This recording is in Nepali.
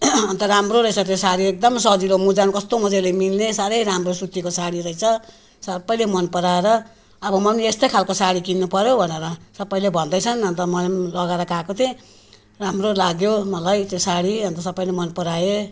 अनि त राम्रो रहेछ त्यो साडी एकदम सजिलो मुजा नि कस्तो मजाले मिल्ने साह्रै राम्रो सुतीको साडी रहेछ सबैले मन पराएर अब म यस्तै खाल्को साडी किन्नुपऱ्यो भनेर सबैले भन्दैछन् अनि त मैले पनि लगाएर गएको थिएँ राम्रो लाग्यो मलाई त्यो साडी अनि त सबैले मन पराए